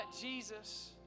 Jesus